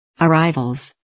Arrivals